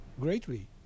greatly